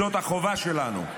זאת החובה שלנו.